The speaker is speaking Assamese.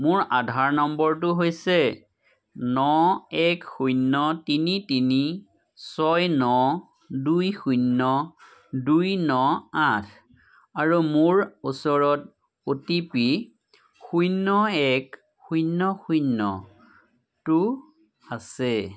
মোৰ আধাৰ নম্বৰটো হৈছে ন এক শূন্য তিনি তিনি ছয় ন দুই শূন্য দুই ন আঠ আৰু মোৰ ওচৰত অ' টি পি শূন্য এক শূন্য শূন্যটো আছে